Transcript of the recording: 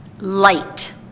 Light